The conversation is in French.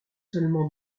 seulement